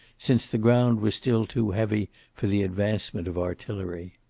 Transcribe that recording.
since the ground was still too heavy for the advancement of artillery.